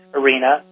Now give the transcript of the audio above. arena